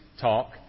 talk